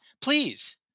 please